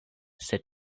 sed